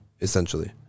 Essentially